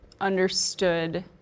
understood